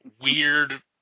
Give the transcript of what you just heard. weird